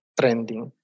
trending